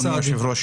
אדוני היושב-ראש,